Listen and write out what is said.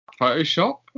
Photoshop